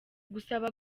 gusaba